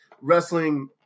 wrestling